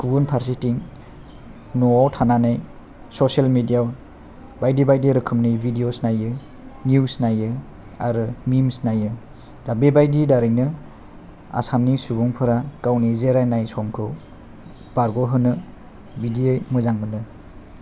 गुबुन फारसेथिं न'आव थानानै स'सेल मेडिया याव बायदि बायदि रोखोमनि भिदिअ नायो निउस नायो आरो मिमस नायो दा बे बायदि दारैनो आसामनि सुबुंफोरा गावनि जिरायनाय समखौ बारग' होनो बिदियै मोजां मोनो